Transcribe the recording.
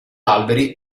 alberi